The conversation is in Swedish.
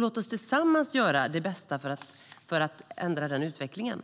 Låt oss tillsammans göra det bästa för att ändra utvecklingen!